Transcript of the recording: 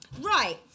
Right